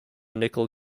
nickel